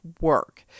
work